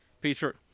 Peter